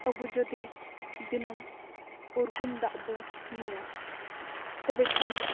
ᱟᱵᱩ ᱡᱩᱫᱤ ᱫᱤᱱᱚᱢ ᱩᱨᱜᱩᱢ ᱫᱟᱜ ᱵᱚ ᱧᱩᱭᱟ ᱛᱚᱵᱮ ᱠᱷᱟᱱ